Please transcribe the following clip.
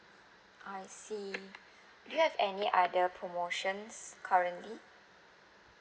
I see you have any other promotions currently